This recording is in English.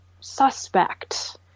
suspect